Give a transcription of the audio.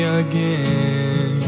again